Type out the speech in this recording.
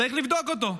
צריך לבדוק אותו.